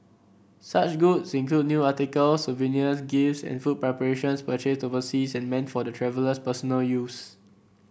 such goods include new articles souvenirs gifts and food preparations purchased overseas and meant for the traveller's personal use